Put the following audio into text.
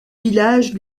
village